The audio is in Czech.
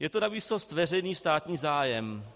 Je to navýsost veřejný státní zájem.